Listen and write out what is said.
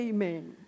Amen